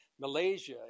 Malaysia